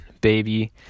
baby